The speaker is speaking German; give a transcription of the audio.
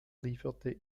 lieferte